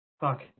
Fuck